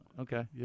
Okay